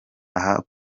aho